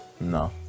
no